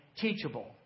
teachable